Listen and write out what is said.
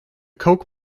koch